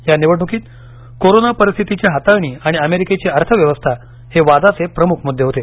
या निवडणुकीत कोरोना परिस्थितीची हाताळणी आणि अमेरिकेची अर्थव्यवस्था हे वादाचे प्रमुख मुद्दे होते